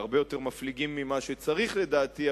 הרבה יותר מפליגים ממה שצריך לדעתי,